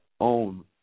own